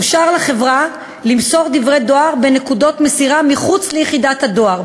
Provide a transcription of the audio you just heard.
אושר לחברה למסור דברי דואר בנקודות מסירה מחוץ ליחידת הדואר.